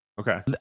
Okay